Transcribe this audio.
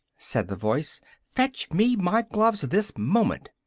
said the voice, fetch me my gloves this moment!